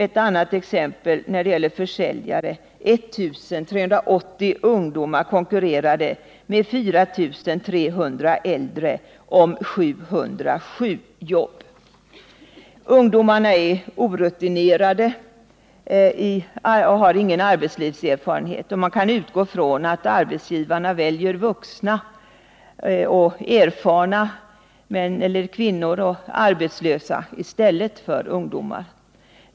Ett annat exempel: 1 380 ungdomar konkurrerade med 4 300 äldre om 707 jobb som försäljare. Ungdomarna är orutinerade och har ingen arbetslivserfarenhet. Man kan utgå från att arbetsgivarna väljer vuxna och erfarna män och kvinnor i stället för ungdomar.